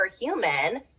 human